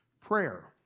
Prayer